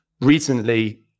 Recently